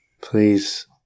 Please